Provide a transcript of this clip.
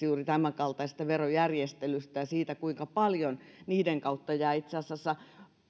juuri tämänkaltaisista verojärjestelyistä ja siitä kuinka paljon niiden kautta jää itse asiassa